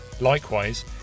Likewise